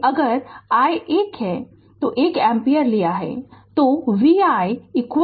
तो अगर i ने 1 एम्पीयर लिया है